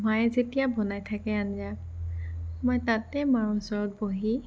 মায়ে যেতিয়া বনাই থাকে আঞ্জা মই তাতে মাৰ ওচৰত বহি